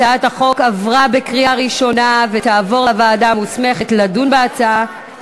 הצעת החוק עברה בקריאה ראשונה ותעבור לוועדה המוסמכת לדון בהצעה,